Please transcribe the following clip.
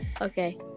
Okay